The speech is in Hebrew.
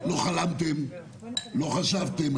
לא חלמתם, לא חשבתם.